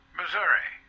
Missouri